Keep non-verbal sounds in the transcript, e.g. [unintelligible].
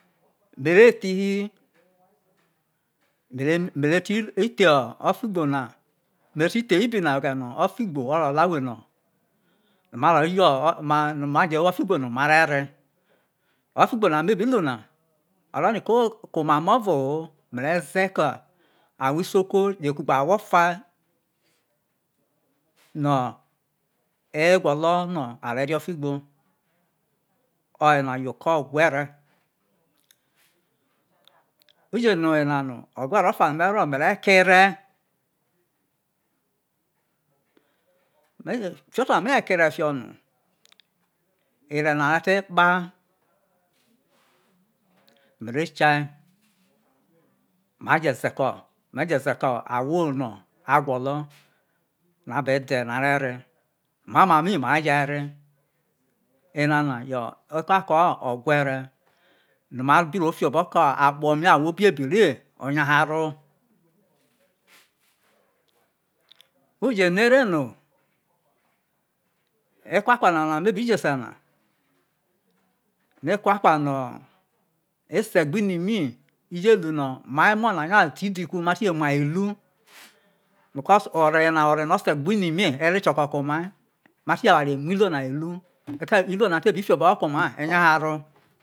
[unintelligible] me re thihi mere ti tho̠ o̠figbo na mere ti the ibina oghere no o̠figbo no̠ o̠ro̠ lawe no ma, ro ye no ina ro wo ofigbo no ma re re o̠figbo na no ma bi lu na oroni ko̠ ko oma me̠ o̠vo me̠re̠ zei ke awho isoko je kugbe awho ofa no̠ agwo̠lo̠ no a re rio o̠figbo, oyena yo̠ oko̠ ogwere uje no oyena ogwe̠re̠ ofa no̠ me̠ro me̠ re̠ ko̠ ere̠ me fi oto̠ no me̠ je̠ koi ere fiho no, ere na re̠ te kpa, mere kia maje ze ko̠ ahwo no egwo̠lo̠ no̠ a be dai no̠ a be re mai o ma mi ma re je ri re, enana yo ekako̠ ogwere no̠ ma bi ro fi obo̠ho̠ ke̠ akpo̠ mi awho biebi re ma sai nya haro [hesitation] uje no ere no ekwakwa nana me bi dhese̠ na yo̠ ekwakwa no̠ ese̠ gbeini mi aje lu no̠ mai emo̠ na a nyazi ti di ku no̠ mai emo na ma to̠ jo̠ mai elu. Because no̠ ore no ese gbi ini mi ere kioko ke oma, jo̠ muo iluo na elu iluo na ete̠ be fibo̠ho̠ ke̠ omai ro.